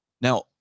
Now